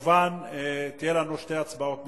כמובן, יהיו לנו שתי הצבעות נפרדות.